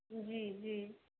जी जी